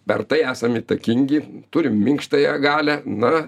per tai esam įtakingi turim minkštąją galią na